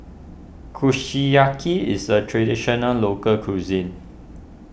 Kushiyaki is a Traditional Local Cuisine